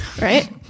Right